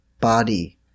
body